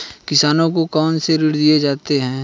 किसानों को कौन से ऋण दिए जाते हैं?